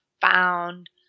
found